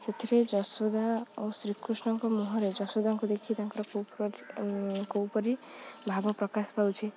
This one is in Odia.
ସେଥିରେ ଯଶୋଦା ଓ ଶ୍ରୀକୃଷ୍ଣଙ୍କ ମୁହଁରେ ଯଶୋଦାଙ୍କୁ ଦେଖି ତାଙ୍କର କୋଉପରି ଭାବ ପ୍ରକାଶ ପାଉଛି